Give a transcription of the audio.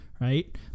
right